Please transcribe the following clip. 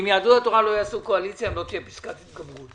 עם יהדות התורה לא יעשו קואליציה אם לא תהיה פסקת התגברות.